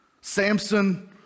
Samson